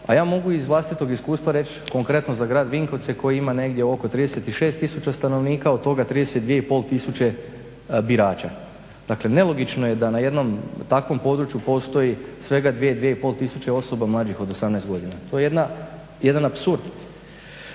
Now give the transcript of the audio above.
A ja mogu iz vlastitog iskustva reći konkretno za grad Vinkovce koji ima negdje oko 36 tisuća stanovnika, od toga 32,5 tisuće je birača. Dakle, nelogično je da na jednom takvom području postoji svega 2, 2,5 tisuće osoba mlađih od 18 godina. To je jedan apsurd.